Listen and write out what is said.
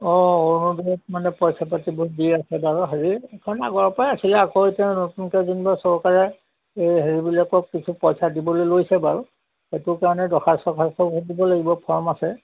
অঁ অৰুণোদয়ত মানে পইচা পাতিবোৰ দি আছে বাৰু হেৰি এইখন আগৰ পৰাই আছিলে আকৌ এতিয়া নতুনকৈ যেনিবা চৰকাৰে এই হেৰিবিলাকক কিছু পইচা দিবলৈ লৈছে বাৰু সেইটো কাৰণে দৰ্খাস্ত ছখাস্তবোৰ দিব লাগিব ফৰ্ম আছে